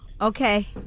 Okay